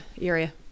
area